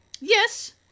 Yes